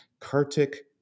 Kartik